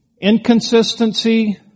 inconsistency